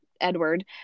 edward